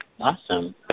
Awesome